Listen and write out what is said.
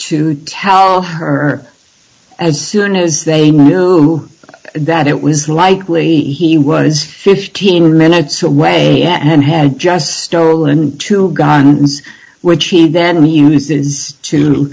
tell her as soon as they knew that it was likely he was fifteen minutes away and had just stolen two guns which he then he uses to